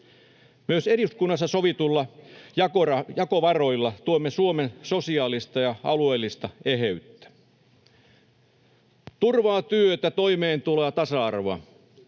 Myös eduskunnassa sovituilla jakovaroilla tuemme Suomen sosiaalista ja alueellista eheyttä. Turvaa, työtä, toimeentuloa ja tasa-arvoa: